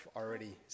already